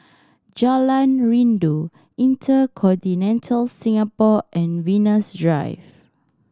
Jalan Rindu InterContinental Singapore and Venus Drive